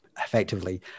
effectively